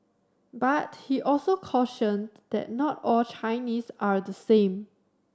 but he also cautioned that not all Chinese are the same